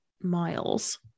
miles